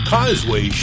Causeway